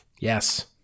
Yes